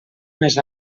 més